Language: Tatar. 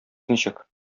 ничек